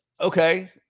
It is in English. Okay